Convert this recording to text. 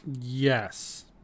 Yes